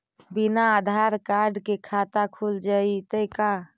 बिना आधार कार्ड के खाता खुल जइतै का?